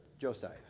Josiah